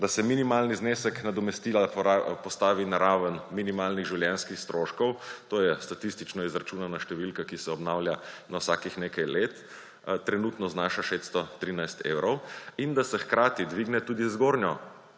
da se minimalni znesek nadomestila postavi na raven minimalnih življenjskih stroškov, to je statistično izračunana številka, ki se obnavlja na vsakih nekaj let, trenutno znaša 613 evrov, in da se hkrati dvigne tudi zgornja